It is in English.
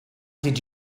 did